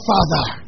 Father